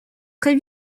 très